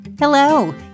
Hello